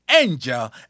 angel